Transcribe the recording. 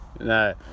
No